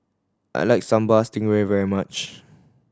I like Sambal Stingray very much